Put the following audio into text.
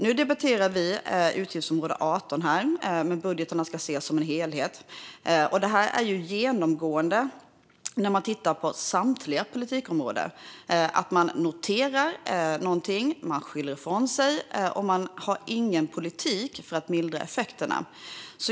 Nu debatterar vi utgiftsområde 18, men budgeten ska ses som en helhet. Genomgående inom samtliga politikområden är att man noterar något, att man skyller ifrån sig och att man inte har någon politik för att mildra effekterna.